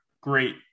great